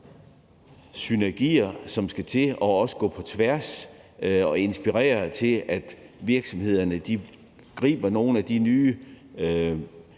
synergier, som skal til, og også for at gå på tværs og inspirere til, at virksomhederne griber nogle af de nye